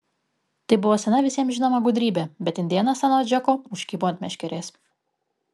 tai buvo sena visiems žinoma gudrybė bet indėnas anot džeko užkibo ant meškerės